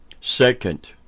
Second